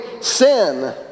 sin